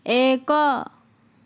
ଏକ